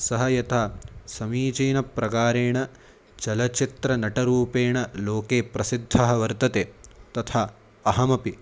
सः यथा समीचीनं प्रकारेण चलचित्रनटरूपेण लोके प्रसिद्धः वर्तते तथा अहमपि